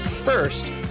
First